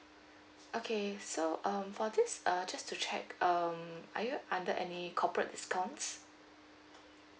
okay so um for this uh just to check um are you under any corporate discounts